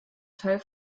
teil